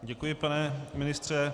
Děkuji, pane ministře.